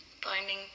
Finding